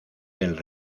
del